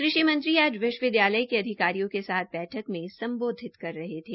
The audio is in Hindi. कृषि मंत्री आज विश्वविदयालय के अधिकारियों के साथ बैठक सम्बोधित कर रहे थे